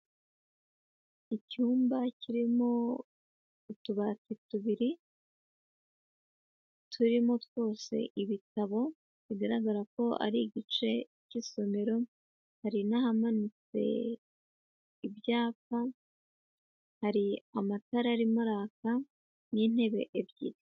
Icyumba kirimo utubati tubiri, turimo twose ibitabo bigaragara ko ari igice cy'isomero, hari n'ahamanitse ibyapa, hari amatara arimo araka n'intebe ebyiri.